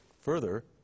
further